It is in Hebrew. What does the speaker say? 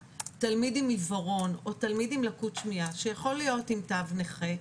תלמיד עם עיוורון או תלמיד עם לקות שמיעה שיכול להיות עם תו נכה,